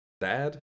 dad